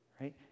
right